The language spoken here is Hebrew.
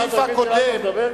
מה, התפקיד שלנו לדבר כאן?